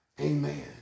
Amen